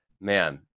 man